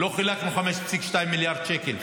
לא חילקנו 5.2 מיליארד שקל.